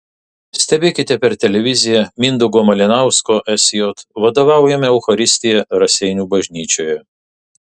stebėkite per televiziją mindaugo malinausko sj vadovaujamą eucharistiją raseinių bažnyčioje